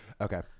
Okay